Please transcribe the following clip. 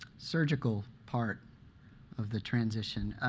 surgical part of the transition.